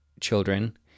children